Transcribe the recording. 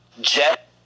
jet